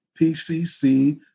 PCC